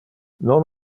non